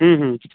हुँ हुँ